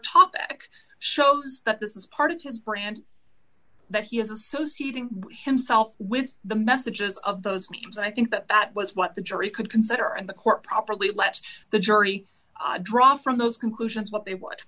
topic shows that this is part of his brand that he is associating himself with the messages of those mediums and i think that that was what the jury could consider and the court properly let the jury draw from those conclusions what they w